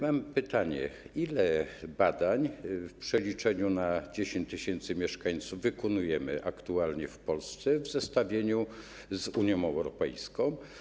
Mam pytanie: Ile badań w przeliczeniu na 10 tys. mieszkańców wykonujemy aktualnie w Polsce w zestawieniu z Unią Europejską?